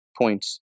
points